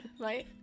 Right